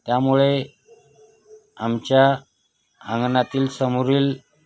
त्यामुळे आमच्या अंगणातील समोरील